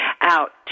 out